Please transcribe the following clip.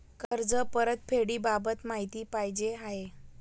कर्ज परतफेडीबाबत माहिती पाहिजे आहे